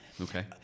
Okay